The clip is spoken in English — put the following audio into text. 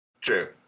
True